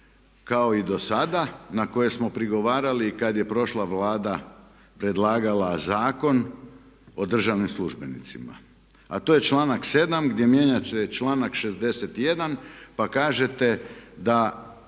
kao i do sada na koje smo prigovarali kada je prošla Vlada predlagala Zakon o državnim službenicima, a to je članak 7 gdje mijenja članak 61 pa kažete da